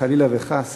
חלילה וחס,